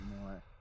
more